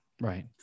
right